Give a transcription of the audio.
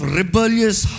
rebellious